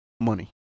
money